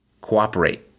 Cooperate